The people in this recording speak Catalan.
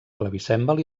clavicèmbal